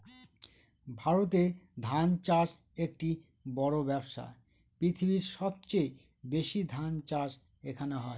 ভারতে ধান চাষ একটি বড়ো ব্যবসা, পৃথিবীর সবচেয়ে বেশি ধান চাষ এখানে হয়